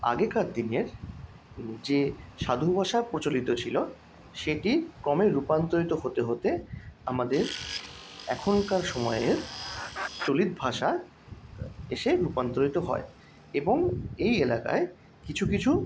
আগেকার দিনের যে সাধুভাষা প্রচলিত ছিলো সেটির ক্রমে রূপান্তরিত হতে হতে আমাদের এখনকার সময়ের চলিত ভাষা এসে রূপান্তরিত হয় এবং এই এলাকায় কিছু কিছু